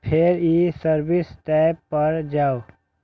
फेर ई service tab पर जाउ